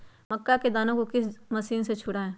मक्का के दानो को किस मशीन से छुड़ाए?